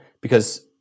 because-